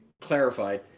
clarified